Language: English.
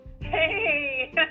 Hey